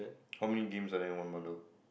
how many games are they in one bundle